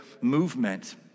movement